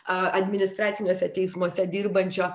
a administraciniuose teismuose dirbančio